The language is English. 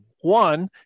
one